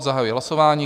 Zahajuji hlasování.